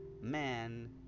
man